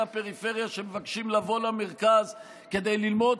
הפריפריה שמבקשים לבוא למרכז כדי ללמוד,